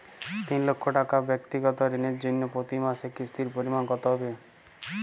তিন লক্ষ টাকা ব্যাক্তিগত ঋণের জন্য প্রতি মাসে কিস্তির পরিমাণ কত হবে?